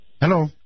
Hello